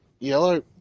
Yellow